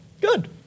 Good